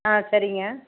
ஆ சரிங்க